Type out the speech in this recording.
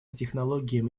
технологиям